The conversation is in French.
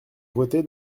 votée